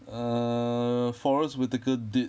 err forest whitaker did